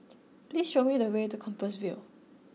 please show me the way to Compassvale